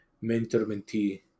mentor-mentee